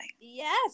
Yes